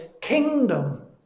kingdom